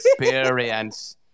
experience